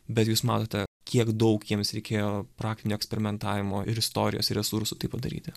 bet jūs matote kiek daug jiems reikėjo praktinio eksperimentavimo ir istorijos ir resursų tai padaryti